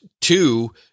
two